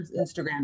Instagram